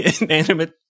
Inanimate